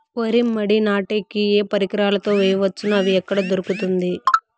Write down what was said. వరి మడి నాటే కి ఏ పరికరాలు తో వేయవచ్చును అవి ఎక్కడ దొరుకుతుంది?